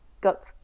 got